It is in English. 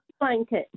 blanket